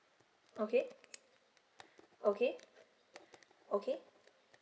okay okay okay